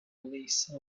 release